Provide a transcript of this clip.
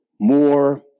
more